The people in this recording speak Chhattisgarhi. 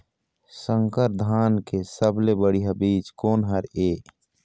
संकर धान के सबले बढ़िया बीज कोन हर ये?